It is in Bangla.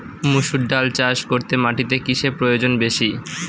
মুসুর ডাল চাষ করতে মাটিতে কিসে প্রয়োজন বেশী?